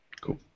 Cool